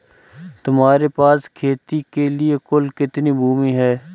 तुम्हारे पास खेती के लिए कुल कितनी भूमि है?